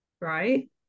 right